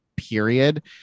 period